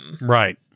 right